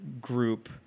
group